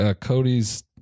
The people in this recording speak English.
Cody's